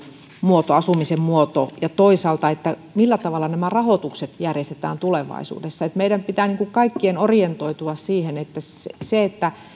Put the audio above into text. ja asumisen muoto ja toisaalta millä tavalla nämä rahoitukset järjestetään tulevaisuudessa meidän pitää kaikkien orientoitua siihen että kun